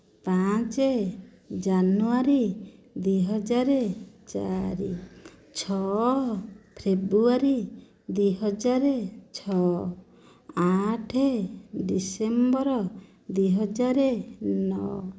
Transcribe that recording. ପାଞ୍ଚ ଜାନୁଆରୀ ଦୁଇ ହଜାର ଚାରି ଛଅ ଫେବ୍ରୁଆରୀ ଦୁଇ ହଜାର ଛଅ ଆଠ ଡ଼ିସେମ୍ବର ଦୁଇ ହଜାର ନଅ